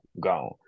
gone